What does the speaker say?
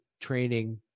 training